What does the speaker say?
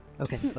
Okay